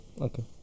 okay